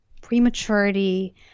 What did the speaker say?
prematurity